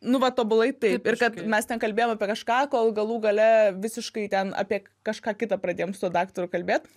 nu va tobulai taip ir kad mes ten kalbėjom apie kažką kol galų gale visiškai ten apie kažką kitą pradėjom su daktaru kalbėt